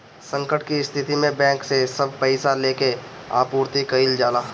संकट के स्थिति में बैंक से सब पईसा लेके आपूर्ति कईल जाला